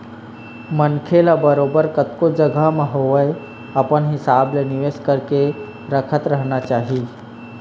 मनखे ल बरोबर कतको जघा म होवय अपन हिसाब ले निवेश करके रखत रहना चाही